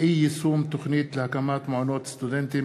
דוח הלשכה המרכזית לסטטיסטיקה: